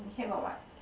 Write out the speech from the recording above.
here got what